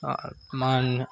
and